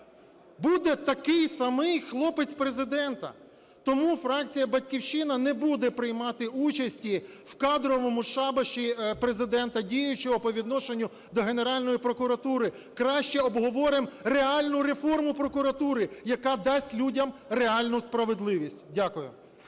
Буде такий самий хлопець Президента. Тому фракція "Батьківщина" не буде приймати участі в кадровому шабаші Президента діючого по відношенню до Генеральної прокуратури. Краще обговоримо реальну реформу прокуратури, яка дасть людям реальну справедливість. Дякую.